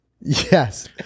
Yes